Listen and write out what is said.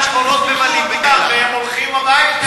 הם הולכים הביתה.